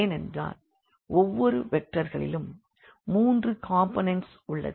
ஏனென்றால் ஒவ்வொரு வெக்டர்களிலும் மூன்று காம்போனென்ட்ஸ் உள்ளது